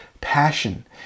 passion